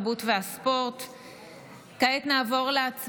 התרבות והספורט נתקבלה.